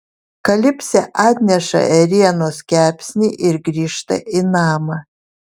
kalipsė atneša ėrienos kepsnį ir grįžta į namą